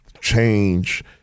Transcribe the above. change